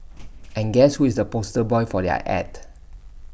and guess who is the poster boy for their Ad